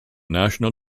national